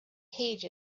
page